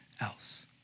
else